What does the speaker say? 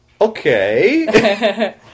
okay